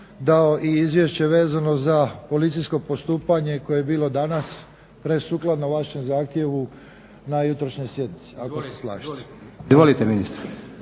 dao i izvješće vezano za policijsko postupanje koje je bilo danas, sukladno vašem zahtjevu na jutrošnjoj sjednici.